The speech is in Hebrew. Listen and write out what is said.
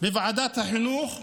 בוועדת החינוך,